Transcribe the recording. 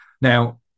now